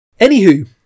Anywho